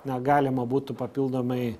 na galima būtų papildomai